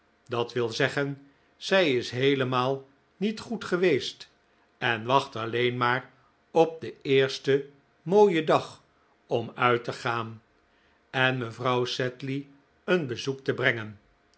dat wil zeggen zij is heelemaal niet goed geweest en wacht alleen maar op den eersten mooien dag om uit te gaan en mevrouw sedley een bezoek te brengen